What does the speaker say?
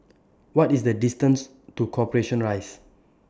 What IS The distance to Corporation Rise